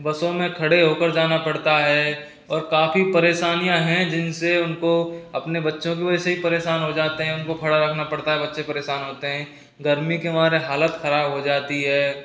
बसों में खड़े होकर जाना पड़ता है और काफ़ी परेशानियाँ हैं जिनसे उनको अपने बच्चों की वजह से भी परेशान हो जातें है उनको खड़ा रखना पड़ता है बच्चे परेशान होते हैं गर्मी के मारे हालत ख़राब हो जाती है